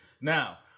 Now